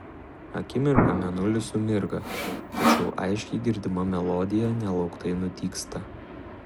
akimirką mėnulis sumirga tačiau aiškiai girdima melodija nelauktai nutyksta